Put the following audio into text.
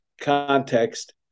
context